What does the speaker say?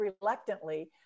reluctantly